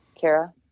Kara